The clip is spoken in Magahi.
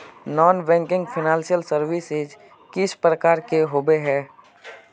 नॉन बैंकिंग फाइनेंशियल सर्विसेज किस प्रकार के होबे है?